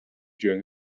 during